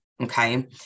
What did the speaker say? okay